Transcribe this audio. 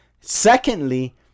Secondly